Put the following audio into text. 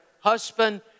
husband